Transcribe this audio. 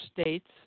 states